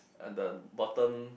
at the bottom